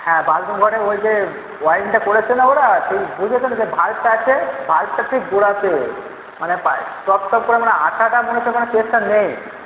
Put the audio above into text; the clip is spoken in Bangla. হ্যাঁ বাথরুম ঘরে ওই যে অয়ারিংটা করেছে না ওরা সেই বুঝেছেন যে ভাল্ভটা আছে ভাল্ভটার ঠিক গোড়াতে মানে পায় টপ টপ করে মানে আঠাটা মনে হচ্ছে পেস্টটা নেই